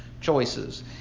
choices